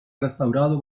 restaurado